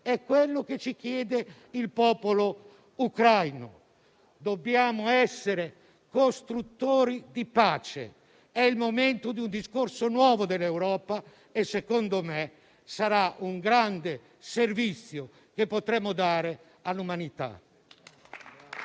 è quello che ci chiede il popolo ucraino. Dobbiamo essere costruttori di pace; è il momento di un discorso nuovo dell'Europa e, secondo me, sarà un grande servizio che potremo dare all'umanità.